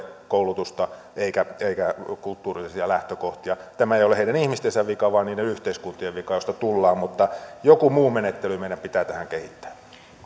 koulutusta eikä eikä kulttuurillisia lähtökohtia tämä ei ole heidän ihmisten vika vaan niiden yhteiskuntien vika joista tullaan mutta joku muu menettely meidän pitää tähän kehittää